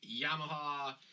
Yamaha